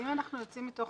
אם אנחנו יוצאים מתוך